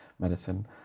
medicine